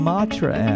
Matra